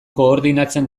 koordinatzen